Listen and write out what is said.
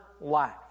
life